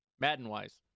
Madden-wise